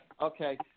Okay